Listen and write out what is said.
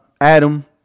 Adam